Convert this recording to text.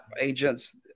agents